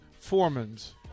Foreman's